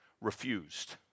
refused